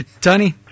Tony